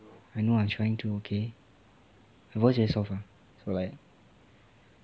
I know I'm trying to okay my voice very soft lah so like